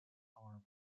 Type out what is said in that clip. arms